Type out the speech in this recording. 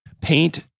paint